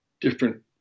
different